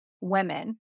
women